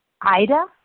Ida